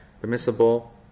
Permissible